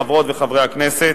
חברות וחברי הכנסת,